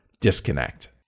disconnect